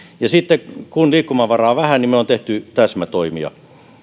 ja kun liikkumavaraa on vähän me olemme tehneet täsmätoimia